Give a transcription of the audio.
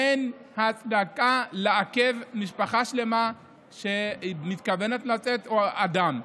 אין הצדקה לעכב משפחה שלמה שמתכוונת לצאת או אדם.